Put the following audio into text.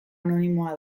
anonimoa